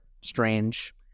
strange